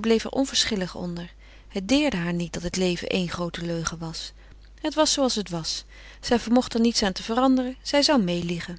bleef er onverschillig onder het deerde haar niet dat het leven éen groote leugen was zij vermocht er niets aan te veranderen zij zou meêliegen